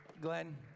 Glenn